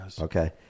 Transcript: Okay